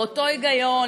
באותו היגיון,